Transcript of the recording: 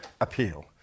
appeal